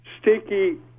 sticky